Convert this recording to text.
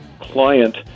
client